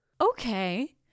Okay